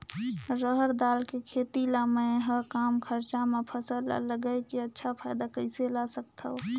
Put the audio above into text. रहर दाल के खेती ला मै ह कम खरचा मा फसल ला लगई के अच्छा फायदा कइसे ला सकथव?